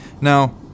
now